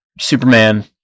superman